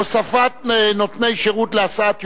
הוספת נותני שירות להסעת יולדת),